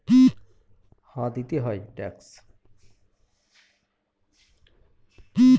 অনেক সময় আমাদের আইন মোতাবেক অন্য দেশে ইন্টারন্যাশনাল ট্যাক্স দিতে হয়